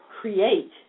create